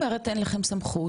מה זאת אומרת אין לכם סמכות?